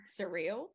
surreal